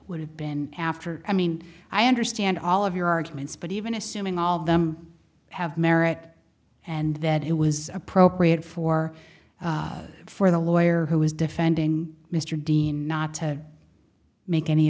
would have been after i mean i understand all of your arguments but even assuming all of them have merit and that it was appropriate for for the lawyer who was defending mr dean not to make any